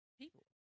people